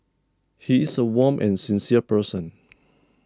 he is a warm and sincere person